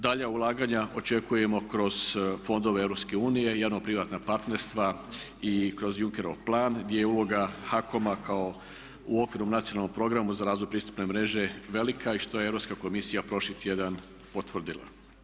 Dalja ulaganja očekujemo kroz fondove EU, javno-privatna partnerstva i kroz Junckerov plan gdje je uloga HAKOM-a kao u okvirnom nacionalnom programu za razvoj pristupne mreže velika i što je Europska komisija prošli tjedan potvrdila.